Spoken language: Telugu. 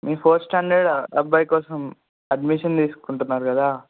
మీ ఫోర్త్ స్టాండర్డ్ అబ్బాయి కోసం అడ్మిషన్ తీసుకుంటున్నారు కదా